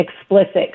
explicit